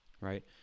right